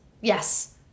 yes